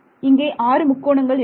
இங்கே ஆறு முக்கோணங்கள் இருக்கும்